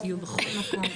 יהיו בכל מקום,